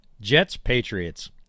Jets-Patriots